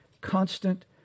constant